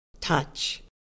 Touch